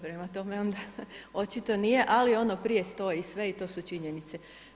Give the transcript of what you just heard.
Prema tome, onda očito nije, ali ono prije stoji sve i to su činjenice.